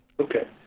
Okay